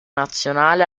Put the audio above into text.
nazionale